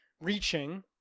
reaching